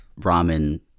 ramen